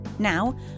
Now